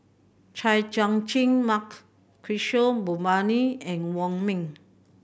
Chay Jung Jun Mark Kishore Mahbubani and Wong Ming